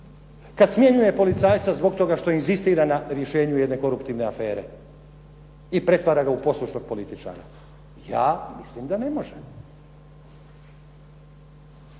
kad smjenjuje policajca zbog toga što inzistira na rješenju jedne koruptivne afere i pretvara ga u poslušnog političara. Ja mislim da ne može.